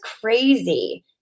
crazy